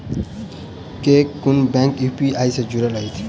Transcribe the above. केँ कुन bank UPI सँ जुड़ल अछि?